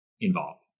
involved